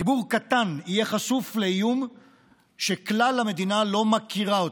ציבור קטן יהיה חשוף לאיום שכלל המדינה לא מכירה אותו,